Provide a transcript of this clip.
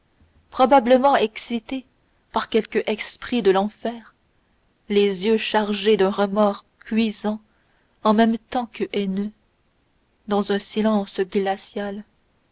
probablement excités par quelque esprit de l'enfer les yeux chargés d'un remords cuisant en même temps que haineux dans un silence glacial